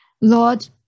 Lord